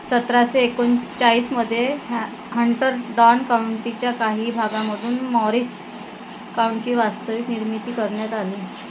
सतराशे एकोणचाळीसमध्ये हॅ हंटरडॉन कउंटीच्या काही भागामधून मॉरीस काउंची वास्तविक निर्मिती करण्यात आली